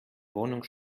wohnung